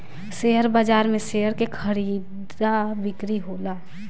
share बाजार में share के खरीदा बिक्री होला